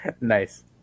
Nice